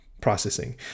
processing